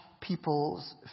people's